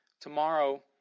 Tomorrow